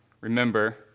remember